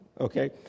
Okay